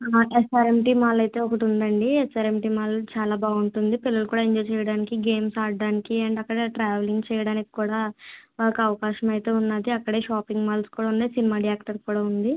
SRMT mall అయితే ఒకటి ఉందండి ఎస్ఆర్ఎంటి మాల్ చాలా బాగుంటుంది పిల్లలు కూడా ఎంజాయ్ చేయడానికి గేమ్స్ ఆడటానికి అండ్ అక్కడ ట్రావెలింగ్ చేయడానికి కూడా బాగా అవకాశం అయితే ఉన్నది అక్కడే షాపింగ్ మాల్స్ కూడా ఉన్నాయి సినిమా థియాక్టర్ కూడా ఉంది